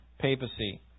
papacy